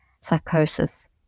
psychosis